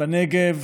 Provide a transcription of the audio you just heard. בנגב